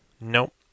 Nope